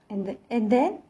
and the~ and then